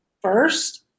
first